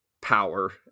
power